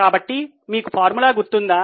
కాబట్టి మీకు ఫార్ములా గుర్తుందా